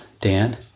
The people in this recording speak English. Dan